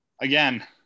Again